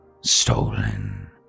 stolen